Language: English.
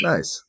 Nice